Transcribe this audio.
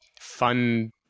fun